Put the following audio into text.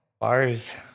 Bars